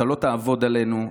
אתה לא תעבוד עלינו.